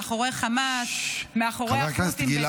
מאחורי חמאס -- חבר הכנסת גלעד,